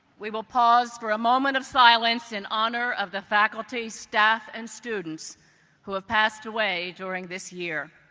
we will pause for a moment of silence in honor of the faculty, staff, and students who have passed away during this year,